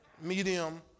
Medium